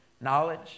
knowledge